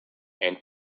and